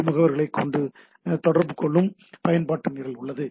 B முகவர்களை தொடர்பு கொள்ளும் பயன்பாட்டு நிரல் உள்ளது